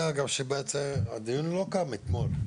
הדיון לא קם אתמול.